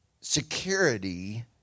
security